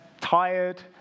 tired